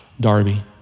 Darby